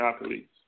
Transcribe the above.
athletes